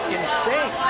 insane